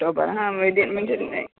topper हा main म्हणजे नाही